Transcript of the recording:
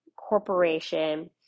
corporation